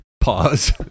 pause